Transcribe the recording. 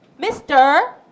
Mr